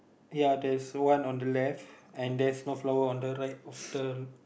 ya there is one on the left and there is no flower on the right of the